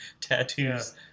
tattoos